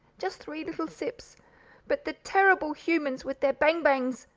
just three little sips but the terrible humans, with their bang-bangs,